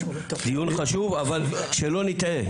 דיון חשוב, אבל שלא נטעה.